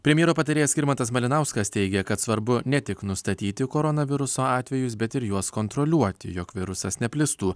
premjero patarėjas skirmantas malinauskas teigė kad svarbu ne tik nustatyti koronaviruso atvejus bet ir juos kontroliuoti jog virusas neplistų